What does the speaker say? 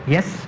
Yes